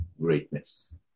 Greatness